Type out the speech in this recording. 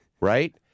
right